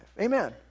amen